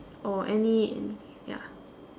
or any~ anything ya